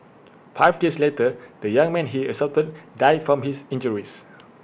five days later the young man he assaulted died from his injuries